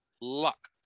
luck